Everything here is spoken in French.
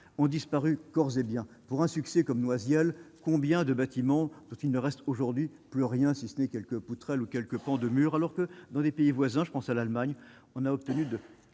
ont disparu corps et biens pour un succès comme Noisiel combien de bâtiments, dont il ne reste aujourd'hui plus rien si ce n'est quelques poutrelles ou quelques pans de murs, alors que dans les pays voisins, je pense à l'Allemagne, on a obtenu de